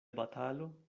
batalo